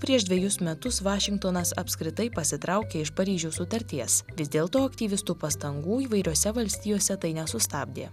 prieš dvejus metus vašingtonas apskritai pasitraukė iš paryžiaus sutarties vis dėl to aktyvistų pastangų įvairiose valstijose tai nesustabdė